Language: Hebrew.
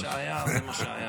מה שהיה זה מה שהיה.